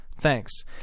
Thanks